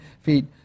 feet